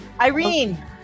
Irene